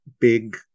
big